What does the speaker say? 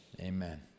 Amen